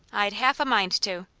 i'd half a mind to!